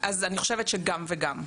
אני חושבת שגם וגם,